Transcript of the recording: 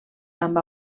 amb